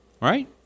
Right